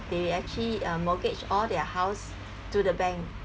they actually uh mortgage all their house to the bank